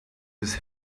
his